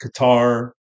Qatar